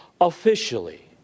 officially